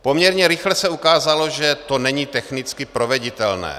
Poměrně rychle se ukázalo, že to není technicky proveditelné.